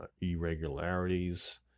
irregularities